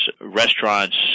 restaurants